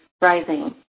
rising